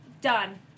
Done